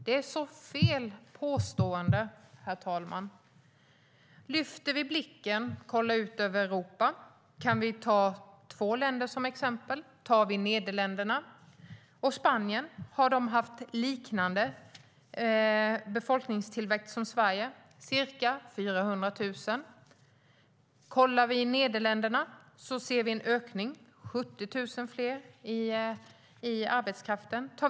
Det är ett så fel påstående, herr talman. Lyfter vi blicken och ser ut över Europa kan vi ta två länder som exempel. Vi kan ta Nederländerna och Spanien. De har haft liknande befolkningstillväxt som Sverige, ca 400 000. I Nederländerna ser vi en ökning med 70 000 fler i arbetskraften.